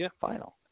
final